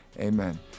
Amen